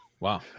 Wow